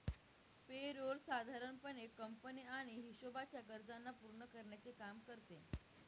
पे role साधारण पणे company आणि हिशोबाच्या गरजांना पूर्ण करण्याचे काम करते